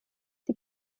die